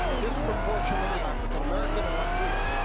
disproportionately african american and latino,